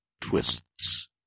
twists